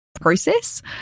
process